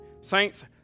Saints